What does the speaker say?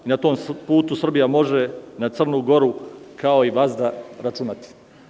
Na tom putu Srbija može na Crnu Goru, kao i vazda, računati.